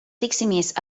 tiksimies